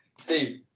Steve